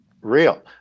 real